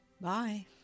Bye